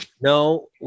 no